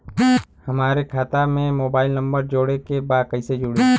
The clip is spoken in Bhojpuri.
हमारे खाता मे मोबाइल नम्बर जोड़े के बा कैसे जुड़ी?